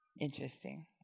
Interesting